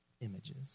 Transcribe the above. images